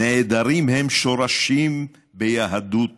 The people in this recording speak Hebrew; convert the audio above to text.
"נעדרים הם שורשים ביהדות